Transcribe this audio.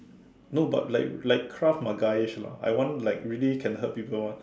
no but like like krav-magaish lah I want like really can hurt people [one]